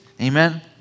amen